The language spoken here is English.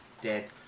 dead